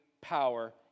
power